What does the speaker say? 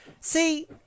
See